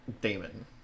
Damon